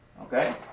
Okay